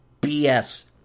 bs